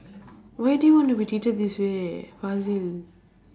why do you want to be treated this way